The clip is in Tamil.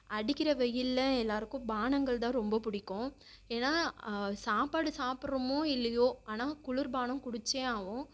அடிக்கின்ற வெயிலில் எல்லோருக்கும் பானங்கள் தான் ரொம்ப பிடிக்கும் ஏன்னா சாப்பாடு சாப்பிட்றமோ இல்லையோ ஆனால் குளிர்பானம் குடிச்சே ஆவோம்